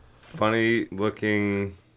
Funny-looking